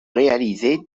réaliser